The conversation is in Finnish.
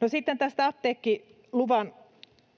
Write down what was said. No, sitten tästä apteekkiluvan